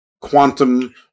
quantum